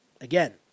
Again